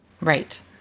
Right